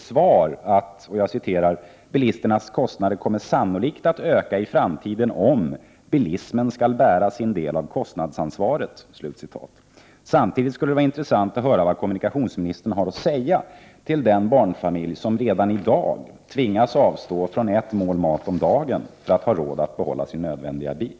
Samtidigt skulle det vara intressant att höra vad kommunikationsministern har att säga till den barnfamilj som redan i dag tvingas avstå från ett mål mat om dagen för att ha råd att behålla sin nödvändiga bil.